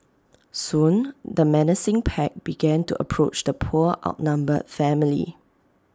soon the menacing pack began to approach the poor outnumbered family